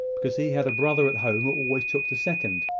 because he had a brother at home who always took the second.